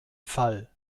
fall